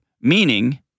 meaning